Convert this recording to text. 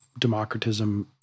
democratism